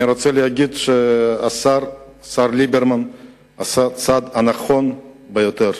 אני רוצה להגיד שהשר ליברמן עשה צעד נכון ביותר.